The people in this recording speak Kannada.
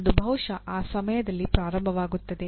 ಅದು ಬಹುಶಃ ಆ ಸಮಯದಲ್ಲಿ ಪ್ರಾರಂಭವಾಗುತ್ತದೆ